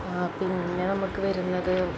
പിന്നെ നമുക്ക് വരുന്നത്